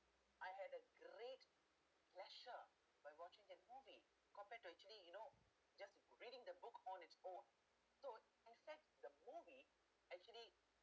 I have had read pleasure by watching that movie compared to actually you know just reading the book on its own so except the movie actually